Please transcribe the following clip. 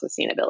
sustainability